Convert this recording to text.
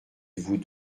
vous